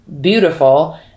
beautiful